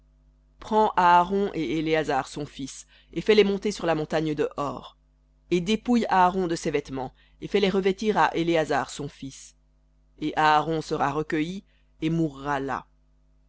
prends aaron et éléazar son fils et fais-les monter sur la montagne de hor et dépouille aaron de ses vêtements et fais-les revêtir à éléazar son fils et aaron sera recueilli et mourra là